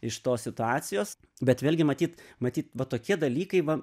iš tos situacijos bet vėlgi matyt matyt va tokie dalykai va